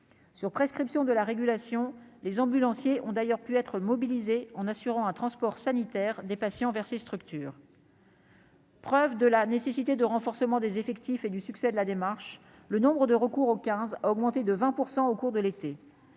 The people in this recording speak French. sur prescription de la régulation, les ambulanciers ont d'ailleurs pu être mobilisés en assurant un transport sanitaire des patients vers ces structures. Preuve de la nécessité de renforcement des effectifs et du succès de la démarche, le nombre de recours au quinze a augmenté de 20 % au cours de l'été,